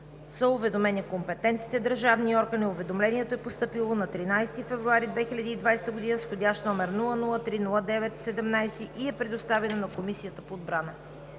са уведомени компетентните държавни органи. Уведомлението е постъпило на 13 февруари 2020 г. с вх. № 003-09-17 и е предоставено на Комисията по отбрана.